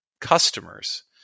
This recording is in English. customers